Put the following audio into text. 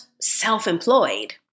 self-employed